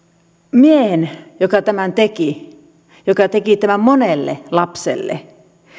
miehen joka tämän teki joka teki tämän monelle lapselle